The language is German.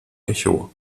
echo